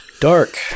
dark